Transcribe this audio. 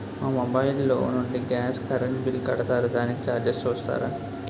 మా మొబైల్ లో నుండి గాస్, కరెన్ బిల్ కడతారు దానికి చార్జెస్ చూస్తారా?